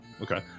Okay